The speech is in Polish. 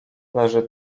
leży